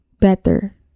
better